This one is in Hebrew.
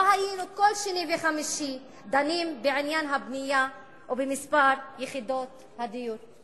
לא היינו כל שני וחמישי דנים בעניין הבנייה ובמספר יחידות הדיור.